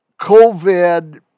COVID